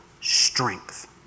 strength